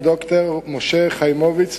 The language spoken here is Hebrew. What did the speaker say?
ד"ר משה חיימוביץ,